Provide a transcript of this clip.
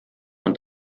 und